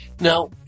Now